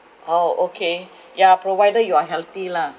!aww! okay yeah provided you are healthy lah